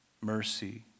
mercy